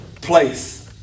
place